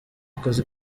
akazi